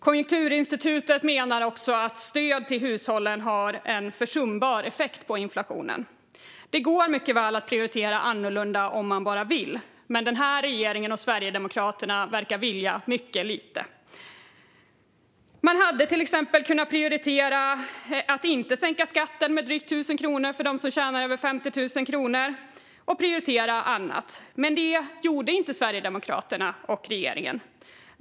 Konjunkturinstitutet menar också att stöd till hushållen har en försumbar effekt på inflationen. Man kan mycket väl prioritera annorlunda om man bara vill, men den här regeringen och Sverigedemokraterna verkar vilja mycket lite. De hade till exempel kunnat prioritera att inte sänka skatten med drygt 1 000 kronor för dem som tjänar över 50 000 kronor utan i stället prioritera annat, men det gjorde inte Sverigedemokraterna och regeringen.